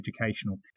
educational